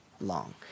Long